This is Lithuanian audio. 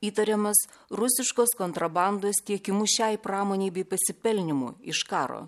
įtariamas rusiškos kontrabandos tiekimu šiai pramonei bei pasipelnymu iš karo